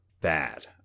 bad